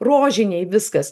rožiniai viskas